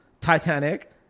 Titanic